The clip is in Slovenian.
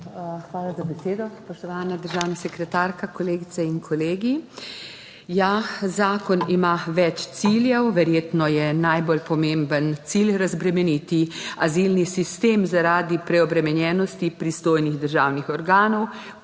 hvala za besedo. Spoštovana državna sekretarka, kolegice in kolegi! Ja, zakon ima več ciljev, verjetno je najbolj pomemben cilj razbremeniti azilni sistem, zaradi preobremenjenosti pristojnih državnih organov